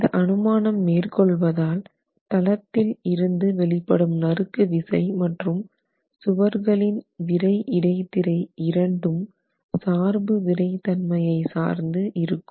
இந்த அனுமானம் மேற் கொள்வதால் தளத்தில் இருந்து வெளிப்படும் நறுக்கு விசை மற்றும் சுவர்களில் விறை இடைத்திரை இரண்டும் சார்பு விறைத் தன்மையை சார்ந்து இருக்கும்